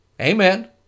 Amen